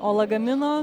o lagamino